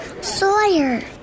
Sawyer